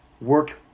work